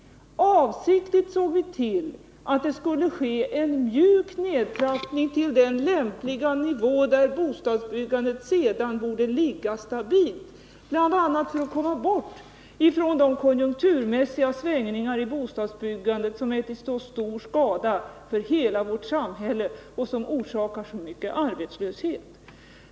Avsiktligt såg vi till att det skulle ske en mjuk nedtrappning till den lämpliga nivå där bostadsbyggandet sedan borde ligga stabilt, bl.a. för att komma bort från de konjunkturmässiga svängningar i bostadsbyggandet som är till så stor skada för hela vårt samhälle och som orsakar så mycket arbetslöshet.